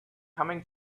coming